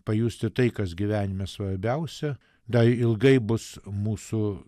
pajusti tai kas gyvenime svarbiausia dar ilgai bus mūsų